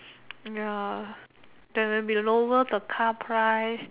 ya they maybe lower the car price